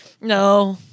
No